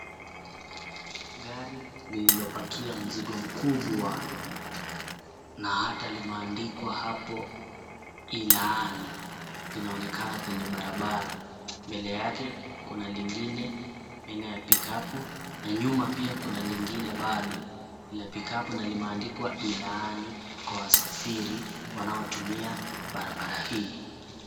Gari lililopakia mzigo mkubwa na hata limeandikwa hapo i𝑙ani inaonekana kwenye barabara mbele yake kuna 𝑙𝑖𝑛𝑔𝑖𝑛𝑒 aina ya pikapu na nyuma pia kuna 𝑙𝑖ngine bado la 𝑝𝑖𝑘𝑎𝑝𝑢 na limeandikwa ilani kwa wasafiri wanaotumia barabara hii.